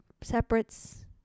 separates